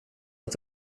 att